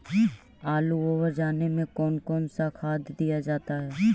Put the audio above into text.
आलू ओवर जाने में कौन कौन सा खाद दिया जाता है?